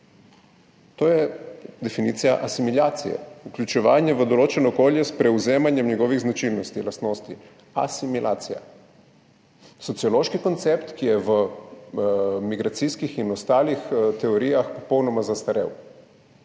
To je definicija asimilacije – vključevanje v določeno okolje s prevzemanjem njegovih značilnosti, lastnosti. Asimilacija, sociološki koncept, ki je v migracijskih in ostalih teorijah popolnoma zastarel.